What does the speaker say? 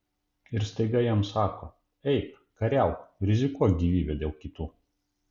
ir staiga jam sako eik kariauk rizikuok gyvybe dėl kitų